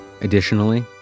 Additionally